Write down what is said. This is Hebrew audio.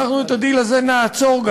אנחנו את הדיל הזה גם נעצור,